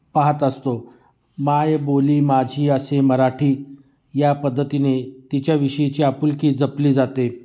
पाहात असतो मायबोली माझी असे मराठी या पद्धतीने तिच्याविषयीची आपुलकी जपली जाते